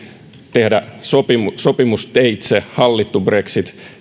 tehdä sopimusteitse hallittu brexit